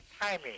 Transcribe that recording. timing